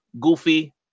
goofy